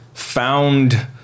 Found